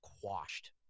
quashed